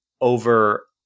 over